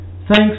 Thanks